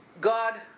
God